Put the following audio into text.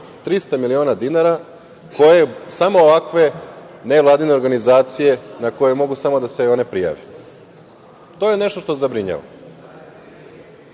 300 miliona dinara koje samo ovakve nevladine organizacije mogu samo da se prijave. To je nešto što zabrinjava. Dakle,